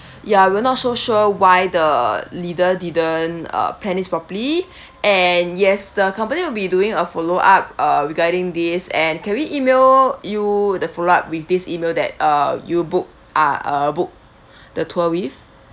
ya we're not so sure why the leader didn't uh plan this properly and yes the company will be doing a follow-up uh regarding this and can we email you the follow up with this email that uh you book ah uh book the tour with